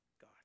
God